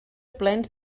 plens